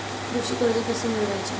कृषी कर्ज कसे मिळवायचे?